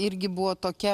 irgi buvo tokia